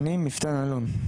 אני מפתן אלון.